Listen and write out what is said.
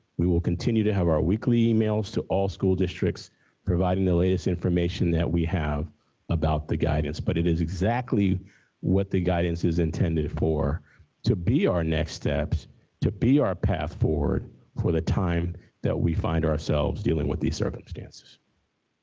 we will continue to have our weekly emails to all school districts providing the latest information that we have about the guidance. but it is exactly what the guidance is intended for to be our next steps to be our path forward for the time that we find ourselves dealing with these circumstances.